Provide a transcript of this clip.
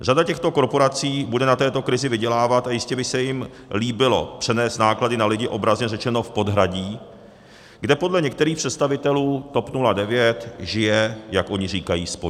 Řada těchto korporací bude na této krizi vydělávat a jistě by se jim líbilo přenést náklady na lidi obrazně řečeno v podhradí, kde podle některých představitelů TOP 09 žije, jak oni říkají, spodina.